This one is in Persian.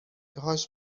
هاش